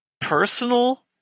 personal